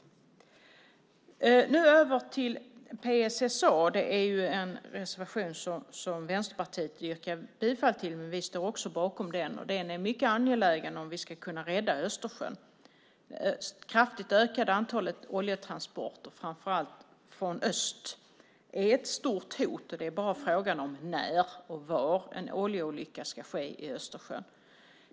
Låt mig gå över till PSSA. Det är en reservation som Vänsterpartiet yrkar bifall till, men vi står också bakom den. Den är mycket angelägen om vi ska kunna rädda Östersjön. Det kraftigt ökande antalet oljetransporter, framför allt från öst, är ett stort hot. Det är bara fråga om när och var en oljeolycka ska ske i Östersjön.